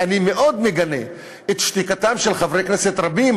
ואני מאוד מגנה את שתיקתם של חברי כנסת רבים